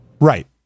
Right